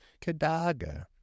Kadaga